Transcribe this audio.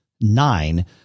nine